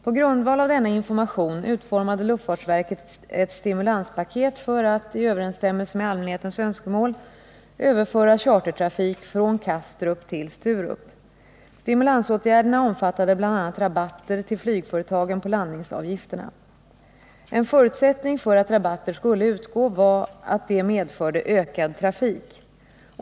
På grundval av denna information utformade luftfartsverket ett stimulanspaket för att, i överensstämmelse med allmänhetens önskemål, överföra chartertrafik från Kastrup till Sturup. Stimulansåtgärderna omfattade bl.a. rabatter till flygföretagen på landningsavgifterna. En förutsättning för att rabatter skulle utgå var att de medförde ökad trafik.